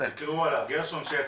תקראו עליו, גרשון שפע,